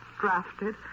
drafted